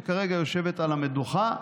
שכרגע יושבת על המדוכה,